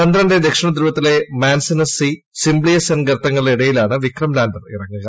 ചന്ദ്രന്റെ ദക്ഷിണധ്രുവത്തിലെ Manzinus C Simpelius N ഗർത്തങ്ങളുടെ ഇടയിലാണ് വിക്രം ലാൻഡർ ഇറങ്ങുക